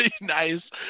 Nice